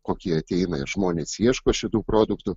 kokie ateina žmonės ieško šitų produktų